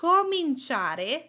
Cominciare